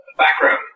background